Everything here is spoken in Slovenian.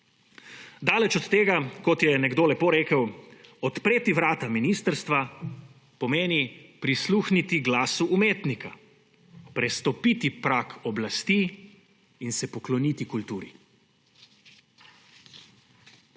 Daleč od tega, kot je nekdo lepo rekel: »Odpreti vrata ministrstva pomeni prisluhniti glasu umetnika, prestopiti prag oblasti in se pokloniti kulturi.«